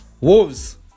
Wolves